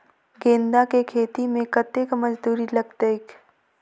गेंदा केँ खेती मे कतेक मजदूरी लगतैक?